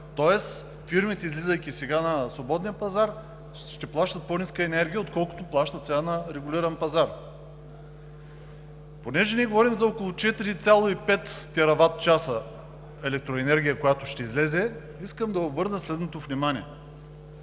Тоест фирмите, излизайки сега на свободния пазар, ще плащат по-ниска енергия, отколкото плащат сега на регулиран пазар. Понеже ние говорим за около 4,5 тераватчаса електроенергия, която ще излезе, искам да обърна следното внимание.